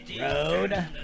road